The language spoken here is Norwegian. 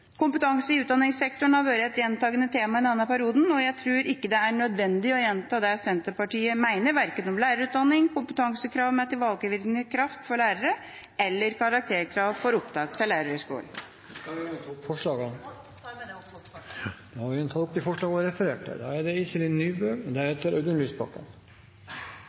Kompetanse i utdanningssektoren har vært et gjentakende tema i denne perioden, og jeg tror ikke det er nødvendig å gjenta det Senterpartiet mener, verken om lærerutdanning, kompetansekrav med tilbakevirkende kraft for lærerne eller karakterkrav for opptak til lærerhøyskolene. Ønsker representanten Tingelstad Wøien å ta opp forslagene? Jeg tar opp de forslagene vi har sammen med andre, og det vi har alene. Representanten Anne Tingelstad Wøien har tatt opp de forslagene hun